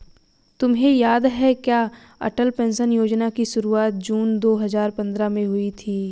तुम्हें याद है क्या अटल पेंशन योजना की शुरुआत जून दो हजार पंद्रह में हुई थी?